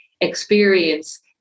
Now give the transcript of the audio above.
experience